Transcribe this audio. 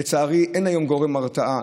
לצערי, אין היום גורם הרתעה,